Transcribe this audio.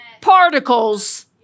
particles